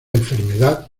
enfermedad